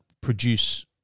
produce